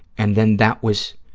and then that was,